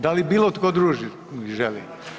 Da li bilo tko druži želi?